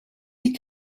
sie